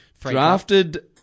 Drafted